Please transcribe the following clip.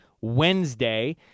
Wednesday